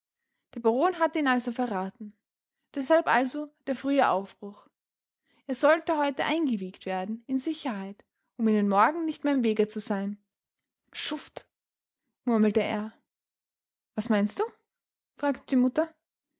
der baron hatte ihn also verraten deshalb also der frühe aufbruch er sollte heute eingewiegt werden in sicherheit um ihnen morgen nicht mehr im wege zu sein schuft murmelte er was meinst du fragte die mutter